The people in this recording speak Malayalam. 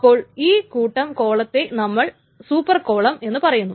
അപ്പോൾ ഈ കൂട്ടം കോളത്തെ നമ്മൾ സൂപ്പർ കോളം എന്നു പറയുന്നു